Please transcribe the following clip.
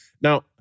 Now